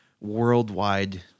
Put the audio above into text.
worldwide